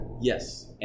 Yes